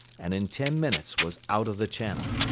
and in ten minutes was out of the channel.